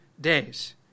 days